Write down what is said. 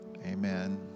Amen